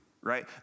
right